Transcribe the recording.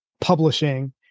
publishing